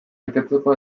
betetzeko